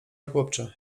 chłopcze